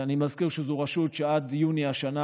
אני מזכיר שזו רשות שעד יוני השנה,